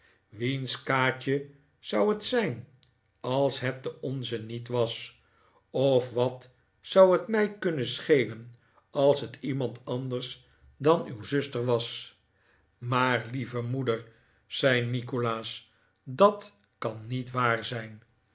kaatje zou het zijn als het de onze niet was of wat zou het mij kunnen schelen als het iemand anders dan uw zuster was maar lieve moeder zei nikolaas dat kan niet waar zijn